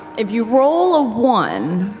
if you roll a one,